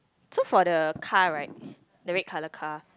so for the car right the red colour car